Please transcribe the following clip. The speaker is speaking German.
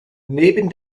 neben